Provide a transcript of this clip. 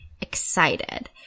excited